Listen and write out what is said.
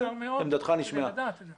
זה פרק זמן קצר מאוד מכדי לדעת את זה.